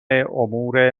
امور